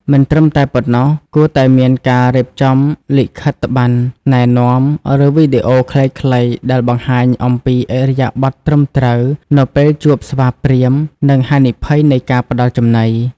មិនត្រឹមតែប៉ុណ្ណោះ គួរតែមានការរៀបចំលិខិត្តប័ណ្ណណែនាំ ឬវីដេអូខ្លីៗដែលបង្ហាញអំពីឥរិយាបថត្រឹមត្រូវនៅពេលជួបស្វាព្រាហ្មណ៍ និងហានិភ័យនៃការផ្តល់ចំណី។